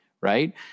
right